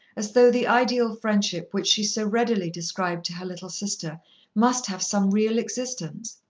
as though the ideal friendship which she so readily described to her little sister must have some real existence.